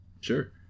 Sure